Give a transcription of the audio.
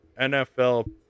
NFL